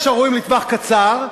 יש הרואים לטווח קצר,